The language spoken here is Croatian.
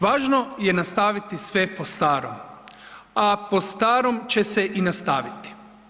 Važno je nastaviti sve po starom, a po starom će se i nastaviti.